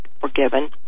forgiven